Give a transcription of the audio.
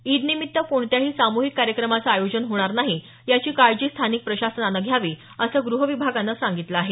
ईदनिमित्त कोणत्याही साम्हिक कार्यक्रमाचं आयोजन होणार नाही याची काळजी स्थानिक प्रशासनानं घ्यावी असं गृह विभागानं सांगितलं आहे